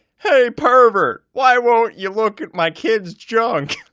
hey pervert, why won't you look at my kids junk?